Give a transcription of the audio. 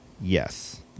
Yes